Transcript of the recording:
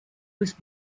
was